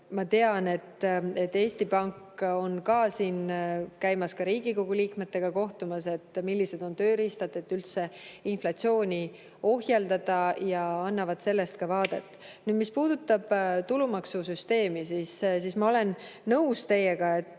Ma tean, et Eesti Pank on käimas ka Riigikogu liikmetega kohtumas, rääkides, millised on tööriistad, et üldse inflatsiooni ohjeldada, nad annavad sellest ülevaadet. Mis puudutab tulumaksusüsteemi, siis ma olen teiega